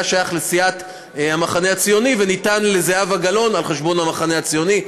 שייך לסיעת המחנה הציוני וניתן לזהבה גלאון על חשבון המחנה הציוני,